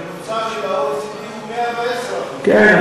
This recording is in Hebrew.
הממוצע של ה-OECD הוא 110%. כן,